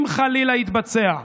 אם חלילה יתבצע,